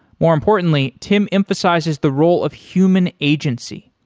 more importantly, tim emphasizes the role of human agency.